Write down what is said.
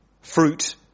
fruit